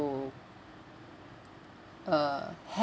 uh